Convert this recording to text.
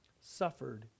suffered